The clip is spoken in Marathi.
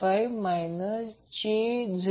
5 j0